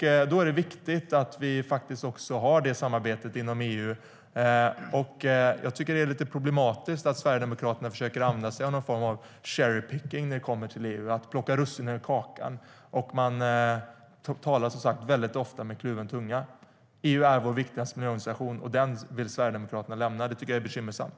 Då är det viktigt att vi har samarbetet inom EU. Det är lite problematiskt att Sverigedemokraterna försöker använda sig av någon form av cherry picking när det kommer till EU och försöker plocka russinen ur kakan. Man talar väldigt ofta med kluven tunga. EU är vår viktigaste miljöorganisation, och den vill Sverigedemokraterna lämna. Det tycker jag är bekymmersamt.